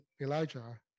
Elijah